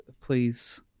please